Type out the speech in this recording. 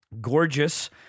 Gorgeous